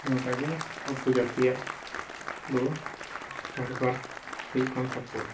ᱱᱮᱝᱠᱟᱜᱮ ᱩᱯᱚᱡᱟᱹᱛᱤᱭᱟᱜ ᱫᱚ ᱠᱟᱨᱵᱟᱨ ᱦᱩᱭᱩᱜᱠᱟᱱ ᱛᱟᱠᱚᱣᱟ